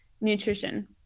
nutrition